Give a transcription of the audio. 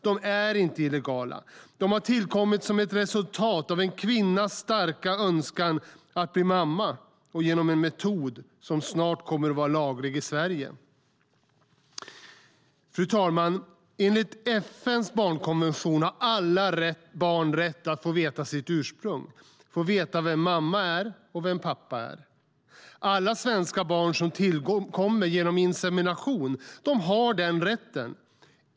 De är inte illegala. De har tillkommit som ett resultat av en kvinnas starka önskan att bli mamma och genom en metod som snart kommer att vara laglig i Sverige. Fru talman! Enligt FN:s barnkonvention har alla barn rätt att få veta sitt ursprung, att få veta vem mamma och vem pappa är. Alla svenska barn som tillkommer genom insemination har den rätten.